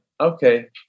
okay